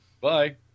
Bye